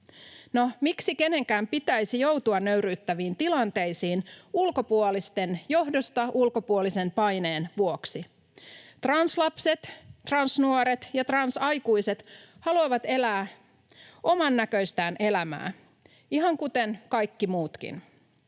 miksi kenenkään pitäisi joutua nöyryyttäviin tilanteisiin ulkopuolisten johdosta ulkopuolisen paineen vuoksi? Translapset, transnuoret ja transaikuiset haluavat elää omannäköistään elämää ihan kuten kaikki muutkin.